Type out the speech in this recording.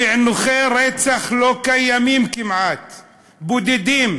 פענוחי רצח כמעט לא קיימים,